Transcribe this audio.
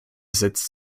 setzt